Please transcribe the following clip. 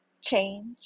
Change